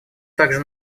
также